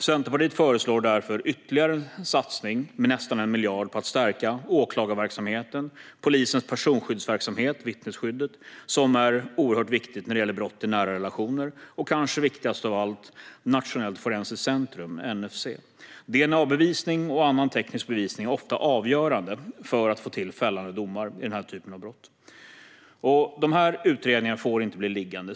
Centerpartiet föreslår därför ytterligare en satsning med nästan 1 miljard på att stärka åklagarverksamheten och polisens personskyddsverksamhet, vittnesskyddet, som är oerhört viktig när det gäller brott i nära relationer, och, kanske viktigast av allt, Nationellt forensiskt centrum, NFC. DNA-bevisning och annan teknisk bevisning är ofta avgörande för att få till fällande domar vid detta slags brott. Utredningarna får inte bli liggande.